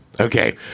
Okay